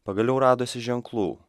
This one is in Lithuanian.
pagaliau radosi ženklų